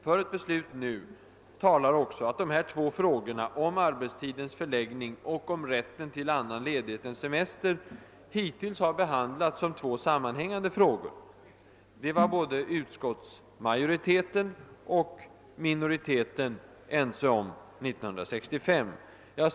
För ett beslut nu talar också att de två frågorna om arbetstidens förläggning och rätt till annan ledighet än semester hittills behandlats som sammanhängande; det var majoriteten och minoriteten i utskottet ense om 1965.